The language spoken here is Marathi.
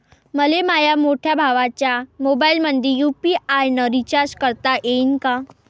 मले माह्या मोठ्या भावाच्या मोबाईलमंदी यू.पी.आय न रिचार्ज करता येईन का?